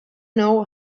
know